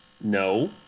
No